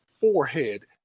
forehead